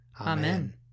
Amen